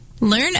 Learn